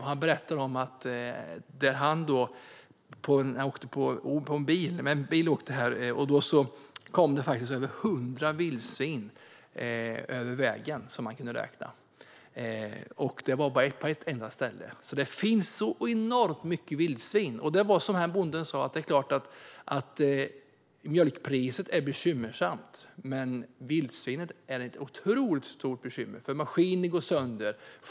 Han var ute och körde bil. Då kom det över 100 vildsvin över vägen som han kunde räkna. Det var bara på ett enda ställe. Det finns enormt mycket vildsvin. Bonden sa att det är klart att mjölkpriset är bekymmersamt. Men vildsvinen är ett otroligt stort bekymmer. Maskiner går sönder.